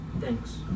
Thanks